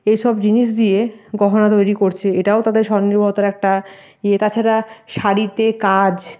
এইসব জিনিস দিয়ে গহনা তৈরি করছে এটাও তাদের স্বনির্ভরতার একটা ইয়ে তাছাড়া শাড়িতে কাজ